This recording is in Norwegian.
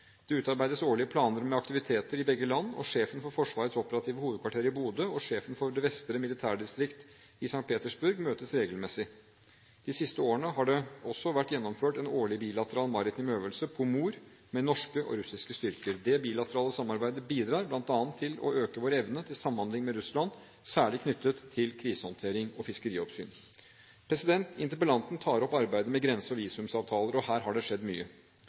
Det utarbeides årlige planer med aktiviteter i begge land, og sjefen for Forsvarets operative hovedkvarter i Bodø og sjefen for det vestre militærdistrikt i St. Petersburg møtes regelmessig. De siste årene har det også vært gjennomført en årlig bilateral maritim øvelse, Øvelse Pomor, med norske og russiske styrker. Det bilaterale samarbeidet bidrar bl.a. til å øke vår evne til samhandling med Russland, særlig knyttet til krisehåndtering og fiskerioppsyn. Interpellanten tar opp arbeidet med grense- og visumavtaler – og her har det skjedd mye.